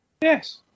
Yes